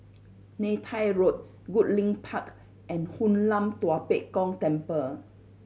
Neythai Road Goodlink Park and Hoon Lam Tua Pek Kong Temple